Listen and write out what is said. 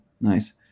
Nice